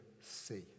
see